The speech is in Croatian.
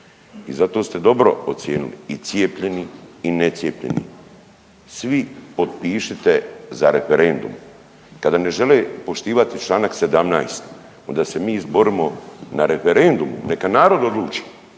I zato ste dobro ocijenili i cijepljeni i necijepljeni svi potpišite za referendum, kada ne žele poštivati čl. 17. onda se mi izborimo na referendumu neka narod odluči.